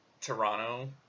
Toronto